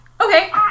Okay